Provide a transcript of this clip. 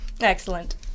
Excellent